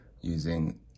using